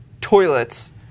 toilets